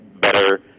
better